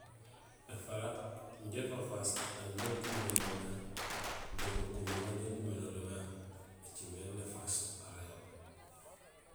Gasontéén gasomuut gara gatisilo aw béŋéés bufunuk, nuŋéés bufira utooj wara bufira butak nalabéén nuréém afaak nujoow ufiho miinn uyoléén